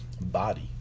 body